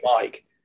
Mike